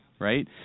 right